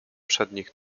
przednich